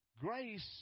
Grace